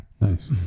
Nice